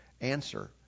answer